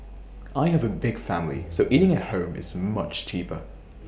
I have A big family so eating at home is much cheaper